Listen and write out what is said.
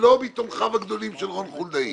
לא מתומכיו הגדולים של רון חולדאי